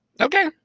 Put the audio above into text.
Okay